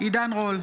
עידן רול,